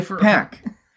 pack